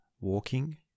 walking